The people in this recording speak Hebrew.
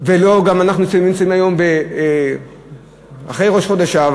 ואנחנו נמצאים היום אחרי ראש חודש אב.